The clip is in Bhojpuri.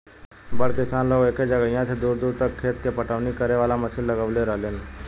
बड़ किसान लोग एके जगहिया से दूर दूर तक खेत के पटवनी करे वाला मशीन लगवले रहेलन